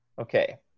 Okay